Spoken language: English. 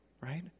right